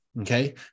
Okay